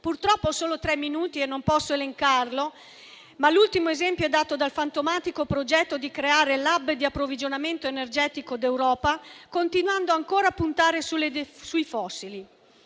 Purtroppo ho solo tre minuti e non posso elencarlo, ma l'ultimo esempio è dato dal fantomatico progetto di creare l'*hub* di approvvigionamento energetico d'Europa, continuando ancora a puntare sui fossili.